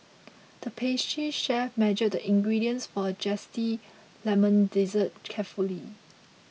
the pastry chef measured the ingredients for a Lemon Dessert carefully